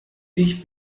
ich